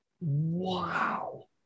Wow